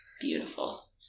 Beautiful